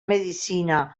medicina